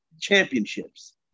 championships